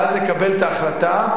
ואז נקבל את ההחלטה,